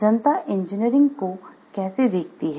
जनता engineering को कैसे देखती हैं